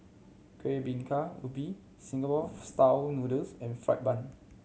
Kueh Bingka Ubi Singapore Style Noodles and fried bun